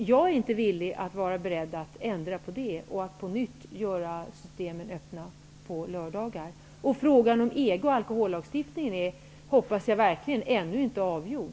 Jag är inte villig att ändra på detta och på nytt få systembutikerna att hålla öppet på lördagar. Frågan om EG och alkohollagstiftning är, hoppas jag verkligen, ännu inte avgjord.